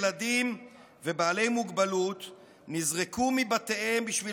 ילדים ובעלי מוגבלות נזרקו מבתיהם בשביל